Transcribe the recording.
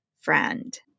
friend